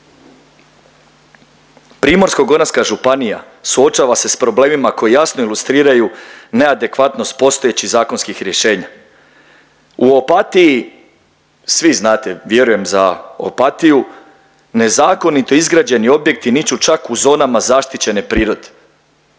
Primorsko-goranska županija suočava se sa problemima koji jasno ilustriraju neadekvatnost postojećih zakonskih rješenja. U Opatiji svi znate vjerujem za Opatiju nezakonito izgrađeni objekti niču čak u zonama zaštićene prirode.